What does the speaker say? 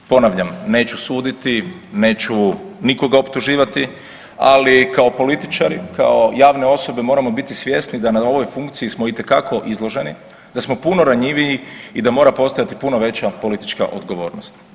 Ponavljam, neću suditi, neću nikoga optuživati, ali kao političari i kao javne osobe moramo biti svjesni da na ovoj funkciji smo itekako izloženi, da smo puno ranjiviji i da mora postojati puno veća politička odgovornost.